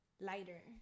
lighter